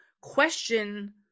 question